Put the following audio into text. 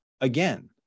again